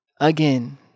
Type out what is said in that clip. again